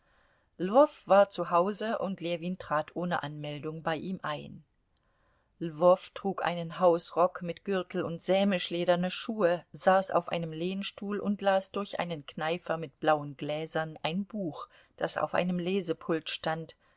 war zu hause und ljewin trat ohne anmeldung bei ihm ein lwow trug einen hausrock mit gürtel und sämischlederne schuhe saß auf einem lehnstuhl und las durch einen kneifer mit blauen gläsern ein buch das auf einem lesepult stand